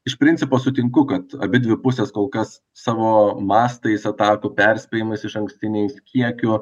iš principo sutinku kad abidvi pusės kol kas savo mastais atakų perspėjimais išankstiniais kiekiu